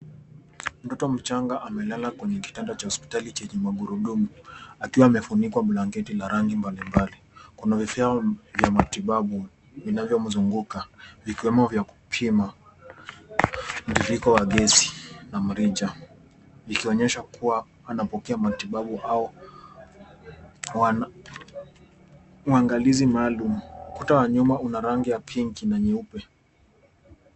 Mtoto mchanga amelala kwenye kitanda cha hospitali chenye magurudumu akiwa amefunikwa blanketi la rangi mbalimbali. Kuna vifaa vya matibabu vinavyomzunguka vikiwemo vya kupima mtiririko wa gesi na mrija vikionyesha kuwa anapokea matibabu au uangalizi maalum. Ukuta wa nyuma una rangi ya pink na nyeupe.